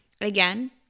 again